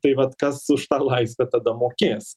tai vat kas už tą laisvę tada mokės